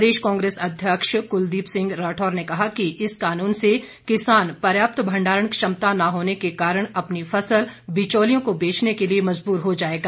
प्रदेश कांग्रेस अध्यक्ष क्लदीप सिंह राठौर ने कहा कि इस कानून से किसान पर्याप्त भंडारण क्षमता न होने के कारण अपनी फसल बिचौलियों को बेचने के लिए मजबूर हो जाएगा